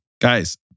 Guys